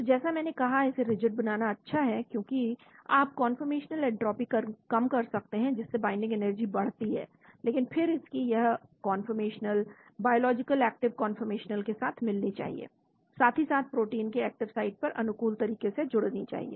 तो जैसे मैंने कहा कि इसे रिजिड बनाना अच्छा है क्योंकि आप कन्फॉर्मेशनल एंट्रॉपी कम कर सकते हैं जिससे बाइंडिंग एनर्जी बढ़ती है लेकिन फिर इसकी यह कन्फॉर्मेशन बायोलॉजिकल एक्टिव कंफर्मेशन के साथ मिलनी चाहिए साथ ही साथ प्रोटीन के एक्टिव साइट पर अनुकूल तरीके से जुड़नी चाहिए